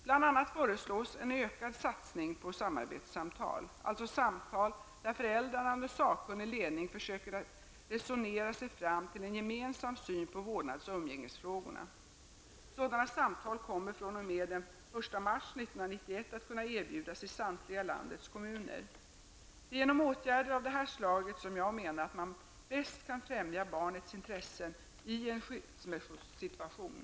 Bl.a. föreslås en ökad satsning på samarbetssamtal, alltså samtal där föräldrarna under sakkunnig ledning försöker resonera sig fram till en gemensam syn på vårdnads och umgängesfrågorna. Sådana samtal kommer fr.o.m. den 1 mars 1991 att kunna erbjudas i samtliga landets kommuner. Det är genom åtgärder av detta slag som jag menar att man bäst kan främja barnets intressen i en skilsmässosituation.